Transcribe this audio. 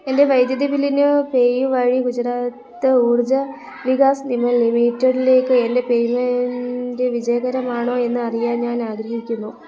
എൻ്റെ വൈദ്യുതി ബില്ലിന് പേയു വഴി ഗുജറാത്ത് ഊർജ വികാസ് നിഗം ലിമിറ്റഡിലേക്ക് എൻ്റെ പേയ്മെൻ്റ് വിജയകരമാണോ എന്ന് അറിയാൻ ഞാൻ ആഗ്രഹിക്കുന്നു